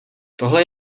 tohle